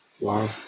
Wow